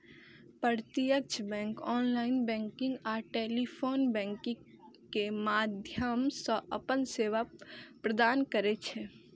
प्रत्यक्ष bank online banking आ telephone banking के माध्यम सं अपन सेवा प्रदान करै छै